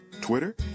Twitter